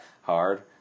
hard